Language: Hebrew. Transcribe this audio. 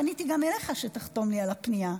פניתי גם אליך שתחתום לי על הפנייה,